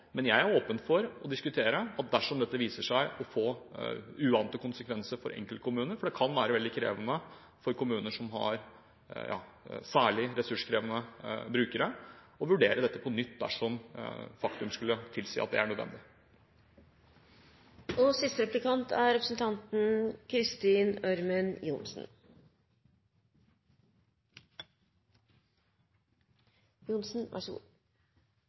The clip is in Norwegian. men jeg er åpen for å diskutere at dersom dette viser seg å få uante konsekvenser for enkeltkommuner – for det kan være veldig krevende for kommuner som har særlig ressurskrevende brukere – vil vi vurdere dette på nytt dersom faktum skulle tilsi at det er nødvendig. Tilgang på likeverdige helsetjenester er